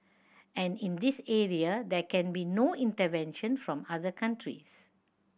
and in this area there can be no intervention from other countries